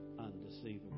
undeceivable